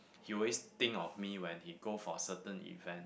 he always think of me when he go for certain event